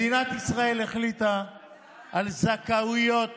החליטה על זכאויות